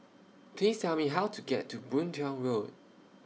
Please Tell Me How to get to Boon Tiong Road